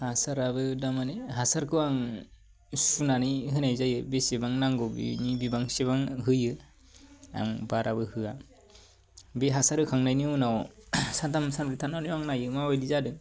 हासाराबो दामानि हासारखौ आं सुनानै होनाय जायो बेसेबां नांगौ बिनि बिबां सिबां होयो आं बाराबो होया बे हासार होखांनायनि उनाव सानथाम सानब्रै थानानै आं नायो मा बायदि जादों